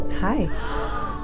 Hi